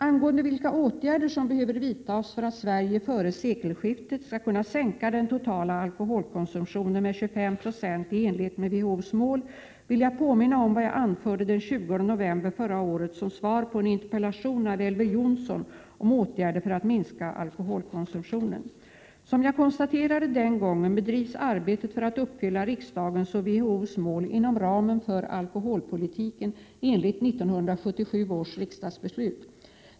Angående vilka åtgärder som behöver vidtas för att Sverige före sekelskiftet skall kunna sänka den totala alkoholkonsumtionen med 25 96 i enlighet med WHO:s mål vill jag påminna om vad jag anförde den 20 november förra Som jag konstaterade den gången bedrivs arbetet för att uppfylla riksdagens och WHO:s mål inom ramen för alkoholpolitiken enligt 1977 års riksdagsbeslut.